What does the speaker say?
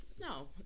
No